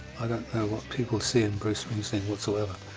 i don't know what people see in bruce springsteen whatsoever.